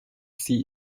sie